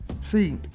See